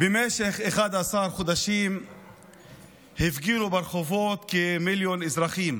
במשך 11 חודשים הפגינו ברחובות כמיליון אזרחים,